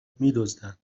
میدزدند